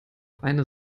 eine